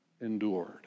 endured